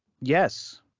Yes